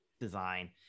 design